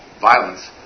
violence